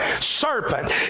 serpent